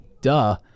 Duh